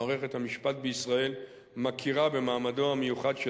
מערכת המשפט בישראל מכירה במעמדו המיוחד של